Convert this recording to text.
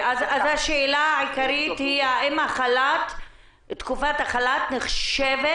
אז השאלה העיקרית היא האם תקופת החל"ת נחשבת